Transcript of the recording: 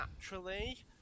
naturally